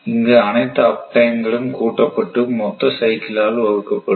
இங்கு அனைத்து uptime களும் கூட்டப்பட்டு மொத்த சைக்கிள் களால் வகுக்கப்படும்